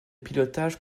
pilotage